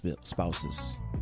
spouses